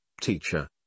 Teacher